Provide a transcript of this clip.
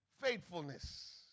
faithfulness